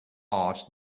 art